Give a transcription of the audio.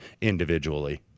individually